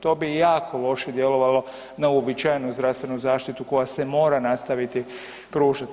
To bi jako loše djelovalo na uobičajenu zdravstvenu zaštitu koja se mora nastaviti pružati.